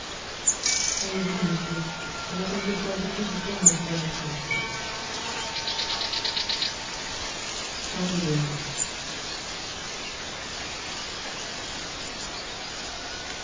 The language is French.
voyez-vous monsieur on a quelquefois beaucoup du tourment dans notre métier